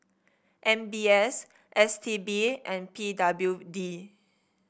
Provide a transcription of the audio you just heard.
M B S S T B and P W D